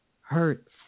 hurts